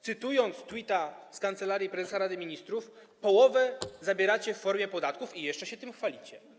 Cytując tweeta Kancelarii Prezesa Rady Ministrów, połowę zabieracie w formie podatków i jeszcze się tym chwalicie.